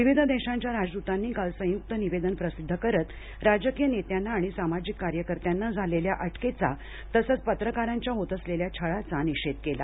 विविध देशांच्या राजदूतांनी काल संयुक्त निवेदन प्रसिध्द करत राजकीय नेत्यांना आणि सामाजिक कार्यकर्त्यांना झालेल्या अटकेचा तसंच पत्रकारांच्या होत असलेल्या छळाचा निषेध केला